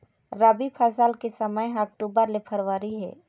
रबी फसल के समय ह अक्टूबर ले फरवरी हे